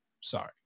sorry